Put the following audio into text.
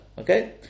okay